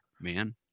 man